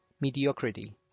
mediocrity